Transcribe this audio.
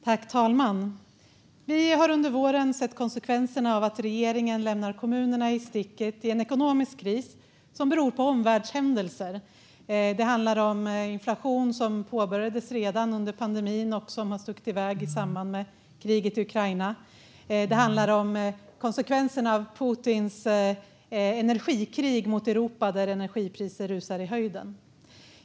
Fru talman! Vi har under våren sett konsekvenserna av att regeringen lämnar kommunerna i sticket i en ekonomisk kris som beror på omvärldshändelser. Det handlar om inflationen, som började stiga redan under pandemin och har stuckit iväg i samband med kriget i Ukraina. Det handlar om konsekvenserna av Putins energikrig mot Europa, där energipriser rusar i höjden.